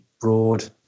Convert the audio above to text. broad